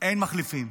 אין מחליפים.